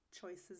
choices